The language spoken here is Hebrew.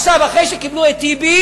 עכשיו, אחרי שקיבלו את טיבי,